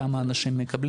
כמה אנשים מקבלים.